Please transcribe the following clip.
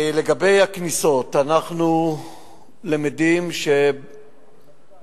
לגבי הכניסות, אנחנו למדים שלמרות